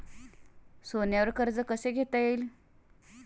सोन्यावर कर्ज कसे घेता येईल?